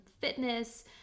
fitness